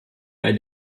bei